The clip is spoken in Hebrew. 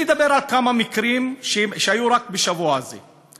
אני אדבר רק על כמה מקרים שהיו רק בשבוע האחרון.